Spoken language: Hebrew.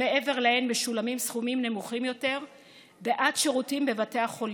שמעבר להן משולמים סכומים נמוכים יותר בעד שירותים לבתי החולים.